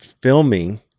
filming